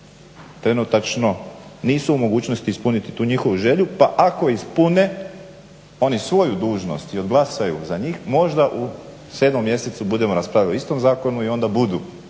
trenutačno nisu u mogućnosti ispuniti tu njihovu želju pa ako ispune oni svoju dužnost i odglasaju za njih možda u sedmom mjesecu raspravljaju u istom zakonu i onda budu